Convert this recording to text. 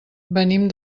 venim